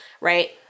right